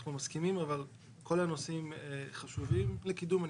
אנחנו מסכימים אבל כל הנושאים חשובים לקידום.